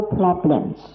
problems